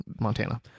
montana